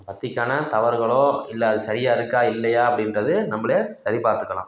அந்த பத்திக்கான தவறுகளோ இல்லை அது சரியா இருக்கா இல்லையா அப்படின்றது நம்மளே சரிபார்த்துக்கலாம்